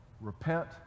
repent